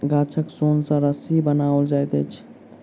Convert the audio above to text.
गाछक सोन सॅ रस्सी बनाओल जाइत अछि